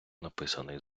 написаний